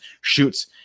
shoots